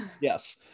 Yes